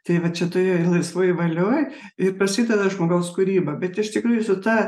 tai va čia toje laisvoje valioj ir prasideda žmogaus kūryba bet iš tikrųjų su ta